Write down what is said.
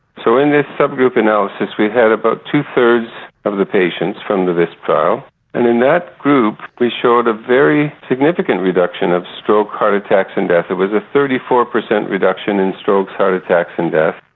so in this sub-group analysis we had about two thirds of the patients from the visp trial and in that group we showed a very significant reduction of strokes, heart attacks and death, there was a thirty four percent reduction in strokes, heart attacks and death.